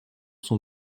son